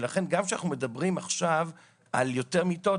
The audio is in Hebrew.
ולכן גם כשאנחנו מדברים עכשיו על יותר מיטות,